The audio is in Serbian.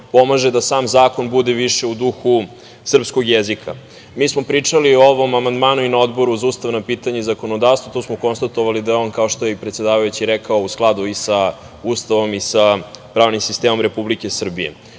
pomaže da sam zakon bude više u duhu srpskog jezika. Mi smo pričali o ovom amandmanu na Odboru za ustavna pitanja i zakonodavstvo i tu smo konstatovali, kao što je predsedavajući rekao, da je u skladu sa Ustavom i pravnim sistemom Republike Srbije. Ukoliko